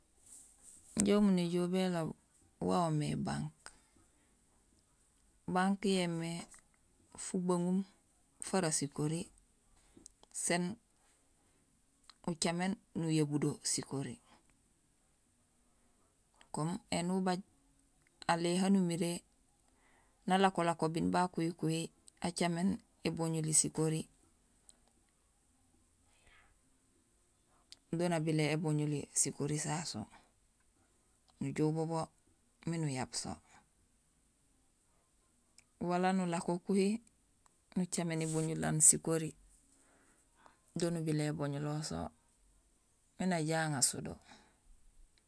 Injé umunéjool béloob wa woomé banque. Banque yoomé fubaŋum fara sikori, sén ucaméén nuyabudo sikori, comme éni ubay alé haan umiré nalakolako biin ba kuhikuhi, acaméén éboñuli sikori, do nabilé éboñuli sikori sasu, nujoow bubo miin uyab so wala nulako kuhi nucaméén éboñul aan sikori, doon nuñumé éboñulool so miin ajaŋaar so do